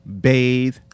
bathe